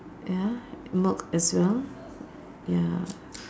ya milk as well ya